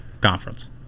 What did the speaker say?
conference